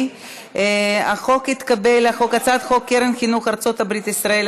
הצעת חוק קרן חינוך ארצות-הברית ישראל,